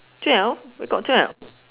twelve I got twelve